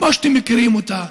כמו שאתם מכירים אותה,